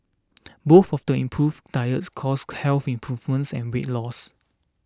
both of the improved diets caused health improvements and weight loss